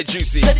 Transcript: Juicy